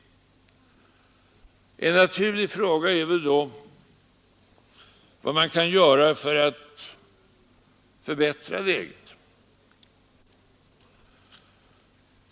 En naturlig fråga är väl då vad man kan göra för att förbättra läget.